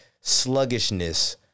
sluggishness